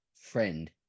friend